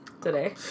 today